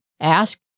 ask